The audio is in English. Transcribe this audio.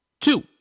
Two